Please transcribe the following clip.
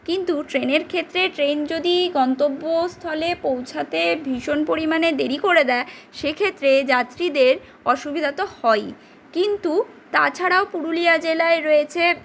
কিন্তু ট্রেনের ক্ষেত্রে ট্রেন যদি গন্তব্যস্থলে পৌঁছাতে ভীষণ পরিমাণে দেরি করে দেয় সেক্ষেত্রে যাত্রীদের অসুবিধা তো হয়ই কিন্তু তাছাড়াও পুরুলিয়া জেলায় রয়েছে